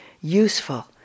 useful